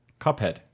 Cuphead